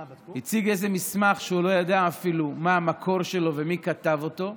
הוא הציג איזה מסמך שהוא לא ידע אפילו מה המקור שלו ומי כתב אותו,